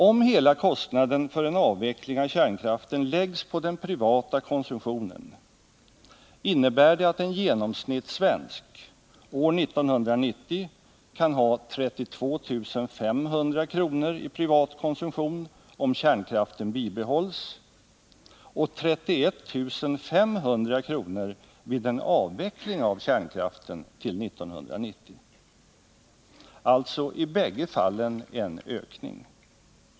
Om hela kostnaden för en avveckling av kärnkraften läggs på den privata konsumtionen, innebär det att en genomsnittssvensk år 1990 kan ha 32 500 kr. i privat konsumtion, om kärnkraften bibehålls, och 31 500 kr. vid en avveckling av kärnkraften till 1990. Det är alltså i bägge fallen en ökning.